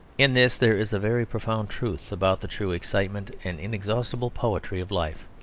in this there is a very profound truth about the true excitement and inexhaustible poetry of life.